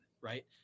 right